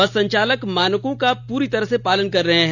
बस संचालक मानकों का पूरी तरह से पालन कर रहे हैं